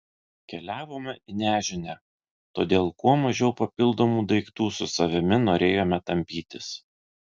keliavome į nežinią todėl kuo mažiau papildomų daiktų su savimi norėjome tampytis